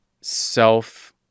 self-